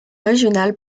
régional